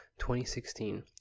2016